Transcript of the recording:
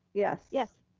yes. yes.